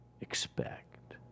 expect